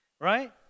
right